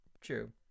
True